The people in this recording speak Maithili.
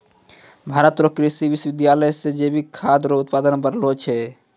भारत रो कृषि विश्वबिद्यालय से जैविक खाद रो उत्पादन बढ़लो छै